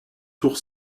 tour